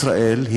ישראל היא